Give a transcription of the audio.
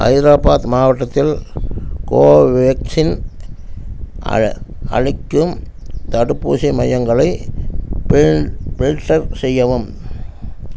ஹைதராபாத் மாவட்டத்தில் கோவேக்சின் அ அளிக்கும் தடுப்பூசி மையங்களை பில் பில்டர் செய்யவும்